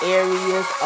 areas